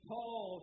Paul